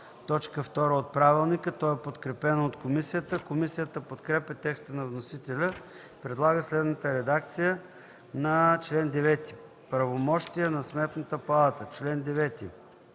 4, т. 2 от Правилника. То е подкрепено от комисията. Комисията подкрепя по принцип текста на вносителя и предлага следната редакция на чл. 9: „Правомощия на Сметната палата Чл. 9.